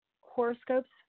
horoscopes